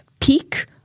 peak